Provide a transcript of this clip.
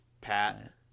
Pat